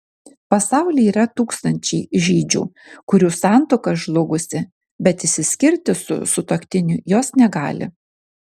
pasaulyje yra tūkstančiai žydžių kurių santuoka žlugusi bet išsiskirti su sutuoktiniu jos negali